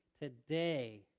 today